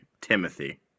Timothy